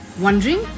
wondering